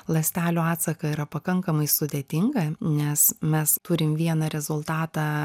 ląstelių atsaką yra pakankamai sudėtinga nes mes turim vieną rezultatą